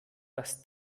dass